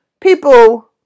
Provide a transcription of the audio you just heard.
people